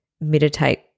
meditate